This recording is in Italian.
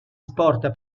sport